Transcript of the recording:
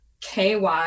ky